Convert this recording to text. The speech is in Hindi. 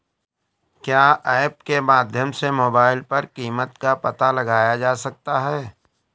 क्या ऐप के माध्यम से मोबाइल पर कीमत का पता लगाया जा सकता है?